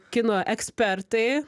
kino ekspertai